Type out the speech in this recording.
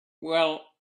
well—i